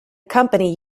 company